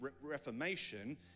Reformation